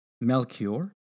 Melchior